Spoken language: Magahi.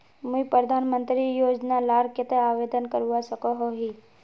मुई प्रधानमंत्री योजना लार केते आवेदन करवा सकोहो ही?